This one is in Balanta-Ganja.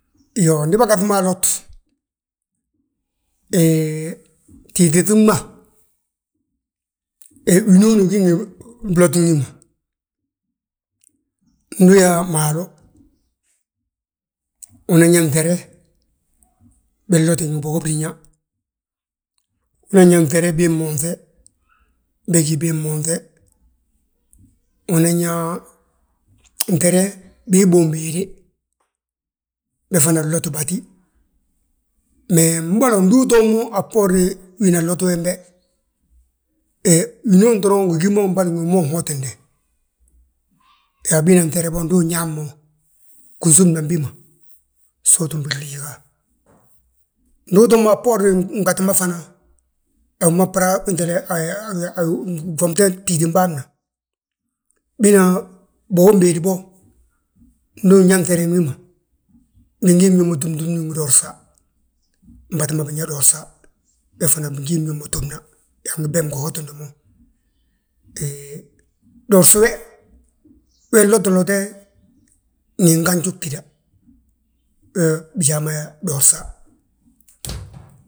Iyoo, ndi bâgaŧi mo alot, hee, tíiti ŧiŋ ma, winooni wi gí ngi bloti wi ma. Ndu uyaa maalu, una yaa nŧere, binloti ngi bogo briña, utinan yaa nŧere bii monŧe, begí bii monŧe, unan yaa, nŧere bii bombéede, be fana nloti batí. Mee mbolo ndu utoo mo, a bboorna wina lot wembe, he winooni doroŋ wi ngi gí mo, mbolo wi ma wi nhotinde, yaa bina nŧere bo ndu uyaab mo, ginsúmna bi ma so utúmbi gliiga. Ndu utoo mo a bboorini gbútu we fana, gwomte gtíitim bâan ma. Bina bogombéedi bo, ndu unyaa nŧerem wi ma, bingin ntúm túmni. Mbatu ma binyaa doosa, be fana bingi bñób mo túmna, yaa be ngi hotindi mo. Hee doosi we, we nloti lote ngi ganju gtída. wee bijaa ma yaa dorsa.